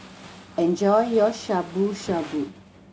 enjoy your Shabu Shabu